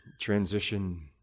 transition